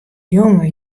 jonge